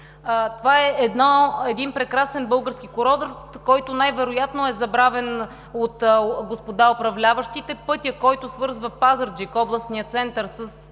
Това е един прекрасен български курорт, който най-вероятно е забравен от господа управляващите. Пътят, който свързва Пазарджик – областния център със